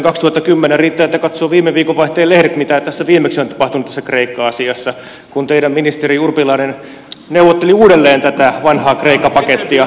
riittää että katsoo viime viikonvaihteen lehdistä mitä tässä kreikka asiassa viimeksi on tapahtunut kun teidän ministerinne urpilainen neuvotteli uudelleen tätä vanhaa kreikka pakettia